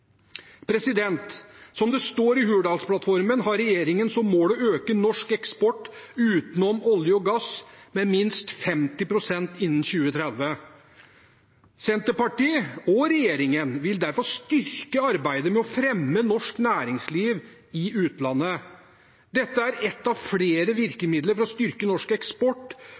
Som det står i Hurdalsplattformen, har regjeringen som mål å øke norsk eksport, utenom olje og gass, med minst 50 pst. innen 2030. Senterpartiet og regjeringen vil derfor styrke arbeidet med å fremme norsk næringsliv i utlandet. Dette er ett av flere virkemidler for å styrke norsk eksport,